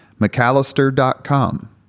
McAllister.com